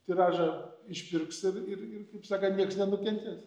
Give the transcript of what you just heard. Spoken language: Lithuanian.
tiražą išpirks ir ir ir kaip sakant niekas nenukentės